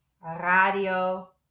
radio